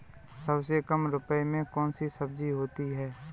सबसे कम रुपये में कौन सी सब्जी होती है?